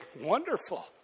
wonderful